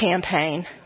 campaign